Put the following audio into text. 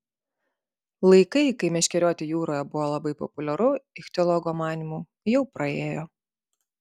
laikai kai meškerioti jūroje buvo labai populiaru ichtiologo manymu jau praėjo